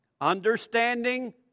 understanding